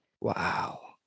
Wow